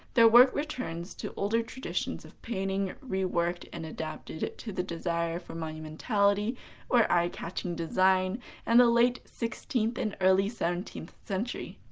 their work returns to older traditions of painting, reworked and adapted to the desire for monumentality or eye catching design of and the late sixteenth and early seventeenth century.